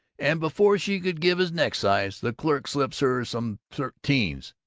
and before she could give his neck-size the clerk slips her some thirteens.